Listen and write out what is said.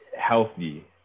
healthy